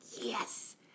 yes